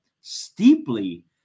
steeply